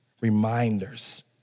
Reminders